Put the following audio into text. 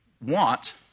want